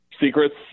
secrets